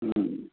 ह्म्